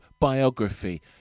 biography